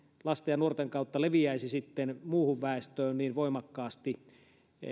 lasten ja nuorten kautta leviäisi sitten muuhun väestöön niin voimakkaasti